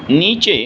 નીચે